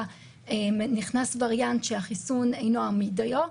שנכנס וריאנט שהחיסון אינו עמיד דיו,